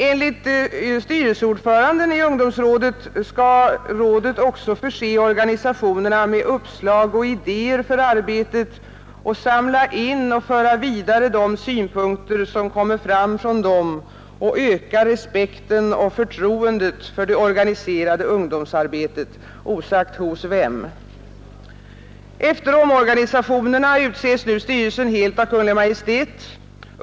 Enligt styrelseordföranden skall rådet också förse organisationerna med uppslag och idéer för arbetet, samla in och föra vidare de synpunkter som kommer fram från dem och öka respekten och förtroendet för det organiserade ungdomsarbetet, osagt hos vem. Efter omorganisationerna utses nu styrelsen helt av Kungl. Maj:t.